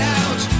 out